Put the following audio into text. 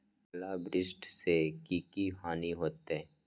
ओलावृष्टि से की की हानि होतै?